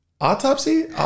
Autopsy